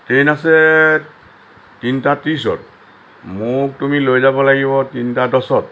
train আছে তিনিটা ত্ৰিছত মোক তুমি লৈ যাব লাগিব তিনিটা দহত